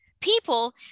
people